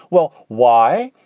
well, why?